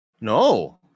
No